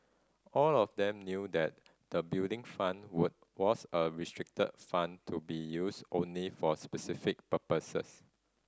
all of them knew that the Building Fund were was a restricted fund to be used only for specific purposes